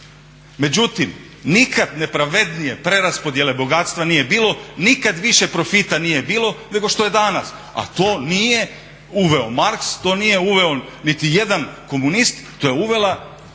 Međutim, nikad nepravednije preraspodjele bogatstva nije bilo, nikad više profita nije bilo nego što je danas. A to nije uveo Marx, to nije uveo niti jedan komunist, to je uvela